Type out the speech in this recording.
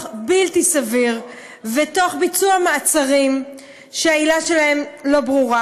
בלתי סביר ותוך ביצוע מעצרים שהעילה שלהם לא ברורה.